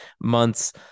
months